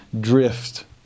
drift